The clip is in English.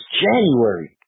January